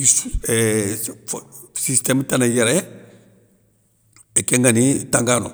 issou, éééeeh systéme tanaye yéré, kén ngani tangano.